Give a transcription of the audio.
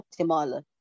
optimal